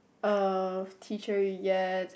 of teacher you get